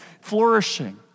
flourishing